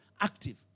Active